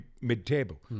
mid-table